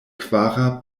kvara